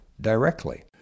directly